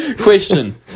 Question